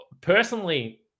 Personally